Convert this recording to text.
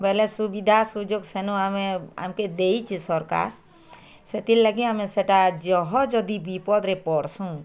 ବୋଇଲେ ସୁବିଧା ସୁଯୋଗ ସେନୁ ଆମେ ଆମକେ ଦେଇଚେ ସରକାର ସେଥିର ଲାଗି ଅମେ ସେଟା ଯହ ଯଦି ବିପଦରେ ପଡ଼ସୁଁ